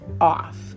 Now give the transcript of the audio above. off